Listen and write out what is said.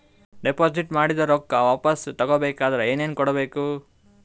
Deposit ಮಾಡಿದ ರೊಕ್ಕ ವಾಪಸ್ ತಗೊಬೇಕಾದ್ರ ಏನೇನು ಕೊಡಬೇಕು?